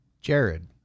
Jared